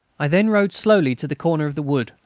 i then rode slowly to the corner of the wood,